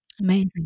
Amazing